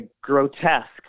grotesque